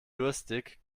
durstig